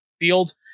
field